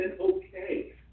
okay